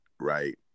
right